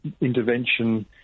intervention